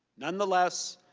nonetheless,